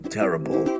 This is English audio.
terrible